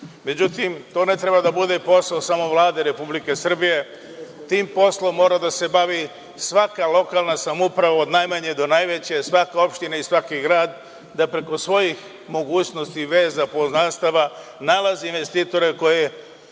Srbiju.Međutim, to ne treba da bude posao samo Vlade Republike Srbije. Tim poslom mora da se bavi svaka lokalna samouprava, od najmanje do najveće, svaka opština i svaki grad, da preko svojih mogućnosti, veza i poznanstava nalazi investitore koji